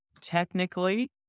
technically